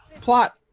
plot